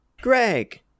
Greg